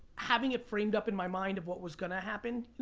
having it framed up in my mind of what was gonna happen.